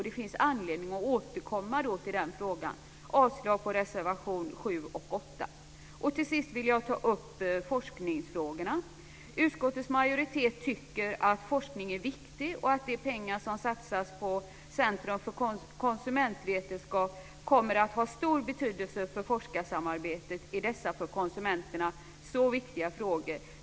Det finns anledning att återkomma till den frågan. Jag yrkar avslag på reservationerna 7 och 8. Till sist vill jag ta upp forskningsfrågorna. Utskottets majoritet tycker att forskning är viktig och att de pengar som satsas på Centrum för konsumentvetenskap kommer att ha stor betydelse för forskarsamarbetet i dessa för konsumenterna så viktiga frågor.